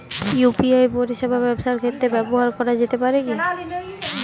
UPI পরিষেবা ব্যবসার ক্ষেত্রে ব্যবহার করা যেতে পারে কি?